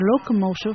locomotive